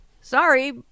sorry